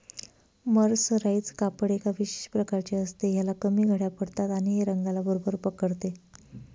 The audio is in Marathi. मर्सराइज कापड एका विशेष प्रकारचे असते, ह्याला कमी घड्या पडतात आणि हे रंगाला बरोबर पकडते